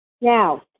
Now